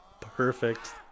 perfect